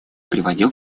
приводит